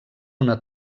una